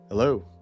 Hello